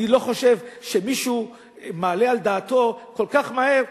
אני לא חושב שמישהו מעלה על דעתו שכל כך מהר,